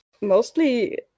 Mostly